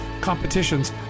competitions